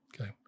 Okay